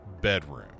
bedroom